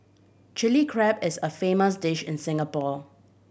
Chilli Crab is a famous dish in Singapore